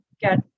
get